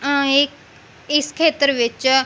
ਇਹ ਇਸ ਖੇਤਰ ਵਿੱਚ